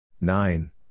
nine